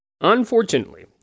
Unfortunately